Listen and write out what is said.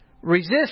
Resist